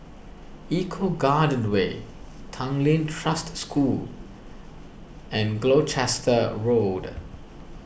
Eco Garden Way Tanglin Trust School and Gloucester Road